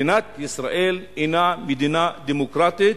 מדינת ישראל אינה מדינה דמוקרטית,